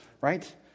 Right